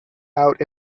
out